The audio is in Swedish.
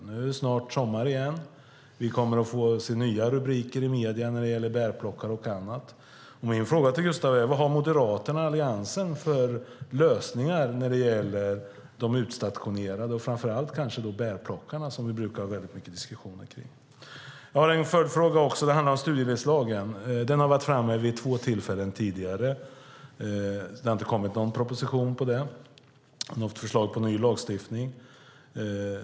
Nu är det snart sommar, och vi kommer att få se nya rubriker i medierna gällande bärplockare och andra. Min fråga till Gustav Nilsson är: Vad har Moderaterna och Alliansen för lösningar när det gäller de utstationerade, kanske framför allt bärplockarna som det brukar vara väldigt mycket diskussioner om? Jag har även en följdfråga som handlar om studieledighetslagen. Den har varit framme vid två tillfällen tidigare. Det har inte kommit någon proposition med förslag om ny lagstiftning.